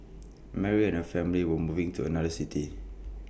Mary and her family were moving to another city